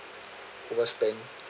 overspend